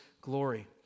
glory